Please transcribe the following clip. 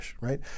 right